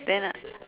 then I